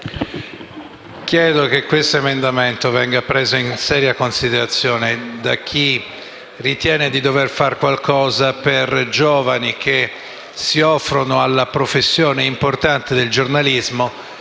chiedo che l'emendamento venga preso in seria considerazione da chi ritiene di dover far qualcosa per i giovani che si offrono all'importante professione del giornalista